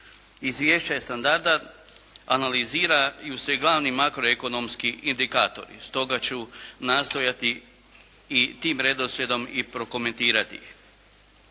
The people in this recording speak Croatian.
izvješća je standardan – analiziraju se glavni makro ekonomski indikatori, stoga ću nastojati i tim redoslijedom i prokomentirati.